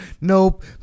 nope